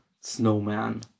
snowman